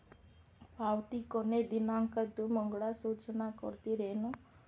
ಪಾವತಿ ಕೊನೆ ದಿನಾಂಕದ್ದು ಮುಂಗಡ ಸೂಚನಾ ಕೊಡ್ತೇರೇನು?